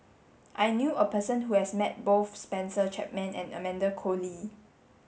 I knew a person who has met both Spencer Chapman and Amanda Koe Lee